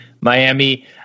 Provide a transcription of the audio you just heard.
Miami